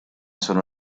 sono